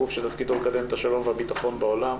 הגוף שתפקידו לקדם את השלום והביטחון בעולם,